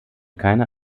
keine